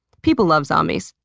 people love zombies.